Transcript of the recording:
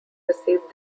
received